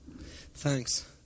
Thanks